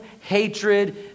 hatred